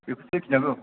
बेखौसो गिनांगौ